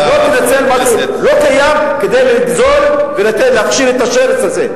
אז לא תנצל משהו לא קיים כדי לגזול ולהכשיר את השרץ הזה.